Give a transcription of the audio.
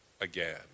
again